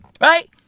Right